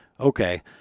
Okay